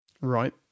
Right